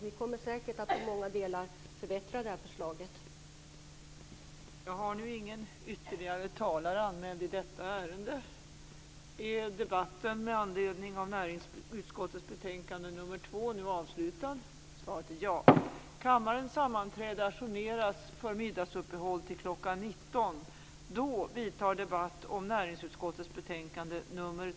Vi kommer säkert att förbättra det här förslaget i många delar.